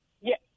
Yes